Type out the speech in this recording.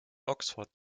oxford